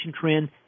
trend